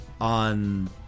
On